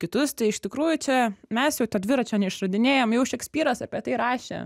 kitus tai iš tikrųjų čia mes jau to dviračio neišradinėjam jau šekspyras apie tai rašė